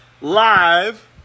Live